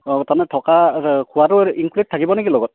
অঁ তাৰমানে থকা খোৱাটো ইনকলুউড থাকিবনে কি লগত